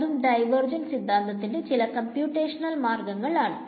ഇതും ഡൈവേർജൻസ് സിദ്ധാന്തത്തിന്റെ ചില കമ്പ്യൂറ്റേഷണൽ മാർഗങ്ങൾ ആണ്